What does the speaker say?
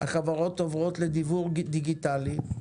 החברות עוברות לדיוור דיגיטלי,